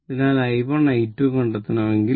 അതിനാൽ I 1 I 2 കണ്ടെത്തണമെങ്കിൽ